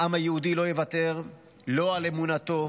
העם היהודי לא יוותר לא על אמונתו,